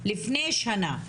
לפני שנה,